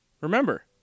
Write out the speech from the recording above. remember